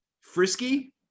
Frisky